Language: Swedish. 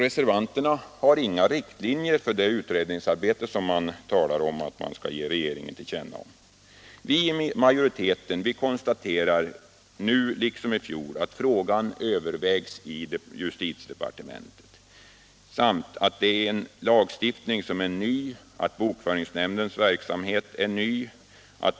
Reservanterna anger inga riktlinjer för det utredningsarbete som man talar om. Vi i majoriteten konstaterar nu liksom i fjol att frågan övervägs i justitiedepartementet samt att lagstiftningen är ny och att bokföringsnämndens verksamhet är ny.